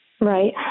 Right